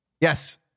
Yes